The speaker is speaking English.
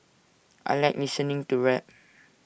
I Like listening to rap